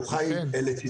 הוא חי לצדן,